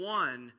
one